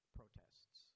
protests